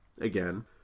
again